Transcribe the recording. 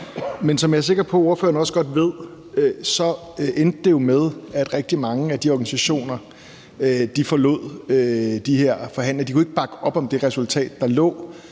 Men som jeg er sikker på at ordføreren også godt ved, endte det jo med, at rigtig mange af de organisationer forlod de her forhandlinger. De kunne ikke bakke op om det resultat, der lå.